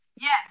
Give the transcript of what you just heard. Yes